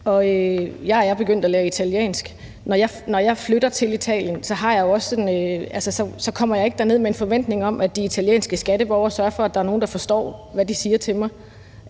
jeg er begyndt at lære italiensk. Når jeg flytter til Italien, kommer jeg ikke derned med en forventning om, at de italienske skatteborgere sørger for, at der er en, der forstår, hvad de siger til mig,